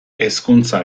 hezkuntza